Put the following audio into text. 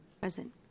Present